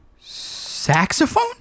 Saxophone